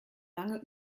lange